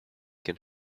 can